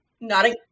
nodding